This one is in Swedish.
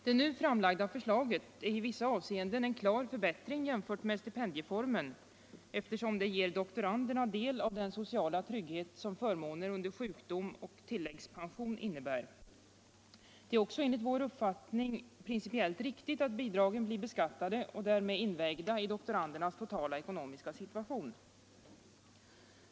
Det nu framlagda förslaget är i vissa avseenden en klar förbättring jämfört med stipendieformen, eftersom det ger doktoranderna del av den sociala trygghet som förmåner under sjukdom och tilläggspension innebär. Det är också enligt vår uppfattning principiellt riktigt att bidragen blir beskattade och därmed invägda i doktorandernas totala ekonomiska situation.